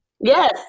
Yes